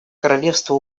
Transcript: королевство